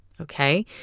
Okay